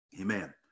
Amen